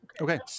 Okay